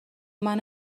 منو